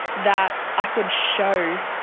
that i could show,